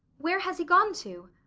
where has he gone to?